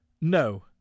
no